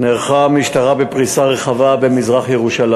נערכה המשטרה בפריסה רחבה במזרח-ירושלים,